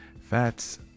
fats